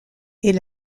est